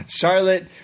Charlotte